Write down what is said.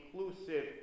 inclusive